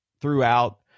throughout